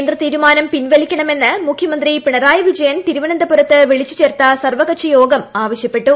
കേന്ദ്ര തീരുമാന്റ് പിൻവലിക്കണമെന്ന് മുഖ്യമന്ത്രി പിണറായി വിജയൻ തിരുവക്കുന്തപുര്ത്ത് വിളിച്ചുചേർത്ത സർവകക്ഷി യോഗം ആവശ്യപ്പെട്ടു